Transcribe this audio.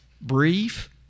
Brief